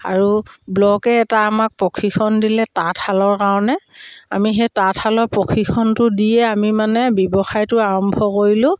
আৰু ব্লকে এটা আমাক প্ৰশিক্ষণ দিলে তাঁতশালৰ কাৰণে আমি সেই তাঁতশালৰ প্ৰশিক্ষণটো দিয়ে আমি মানে ব্যৱসায়টো আৰম্ভ কৰিলোঁ